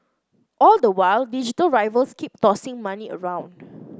all the while digital rivals keep tossing money around